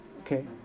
Okay